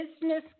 business